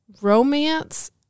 romance